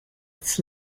its